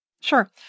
Sure